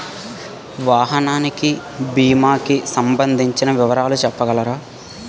వాహనానికి భీమా కి సంబందించిన వివరాలు చెప్పగలరా?